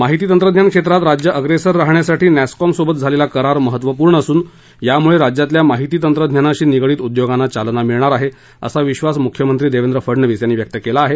माहिती तंत्रज्ञान क्षेत्रात राज्य अप्रेसर राहण्यासाठी नॅसकॉम सोबत झालेला करार महत्वपूर्ण असून यामुळे राज्यातल्या माहिती तंत्रज्ञानाशी निगडीत उद्योगांना चालना मिळणार आहे असा विधास मुख्यमंत्री देवेंद्र फडणवीस यांनी व्यक्त केला आहे